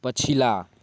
पछिला